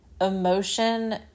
emotion